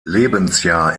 lebensjahr